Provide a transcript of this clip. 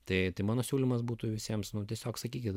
tėti mano siūlymas būtų visiems mums tiesiog sakykite